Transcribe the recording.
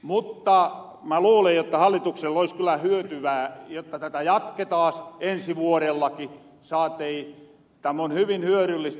mutta mä luulen jotta hallitukselle oli kyllä hyötyä jotta tätä jatketaas ensi vuorellakin saati tämä on hyvin hyödyllistä